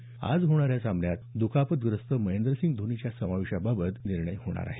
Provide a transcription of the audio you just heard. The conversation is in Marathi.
तर आज होणाऱ्या सामन्यासाठी दुखापतग्रस्त महेंद्रसिंह धोनीच्या समावेशाबाबत निर्णय होणार आहे